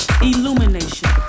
Illumination